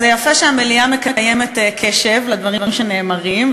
זה יפה שהמליאה מקיימת קשב לדברים שנאמרים,